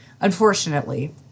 unfortunately